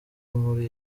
muri